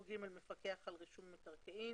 נותן השירות הוא המפקח על רישום מקרקעין.